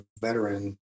veteran